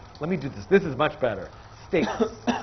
let me do this, this is much better. states,